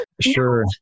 Sure